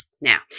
Now